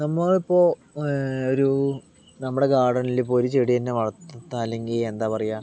നമ്മളിപ്പോൾ ഒരു നമ്മടെ ഗാർഡനിലിപ്പോൾ ഒരു ചെടിയിനെ വളർത്താ അല്ലെങ്കി എന്താ പറയുക